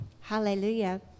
Hallelujah